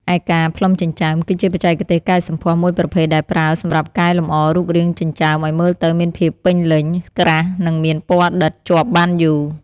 ឯ ការផ្លុំចិញ្ចើម គឺជាបច្ចេកទេសកែសម្ផស្សមួយប្រភេទដែលប្រើសម្រាប់កែលម្អរូបរាងចិញ្ចើមឲ្យមើលទៅមានភាពពេញលេញ ក្រាស់ និងមានពណ៌ដិតជាប់បានយូរ។